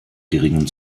geringen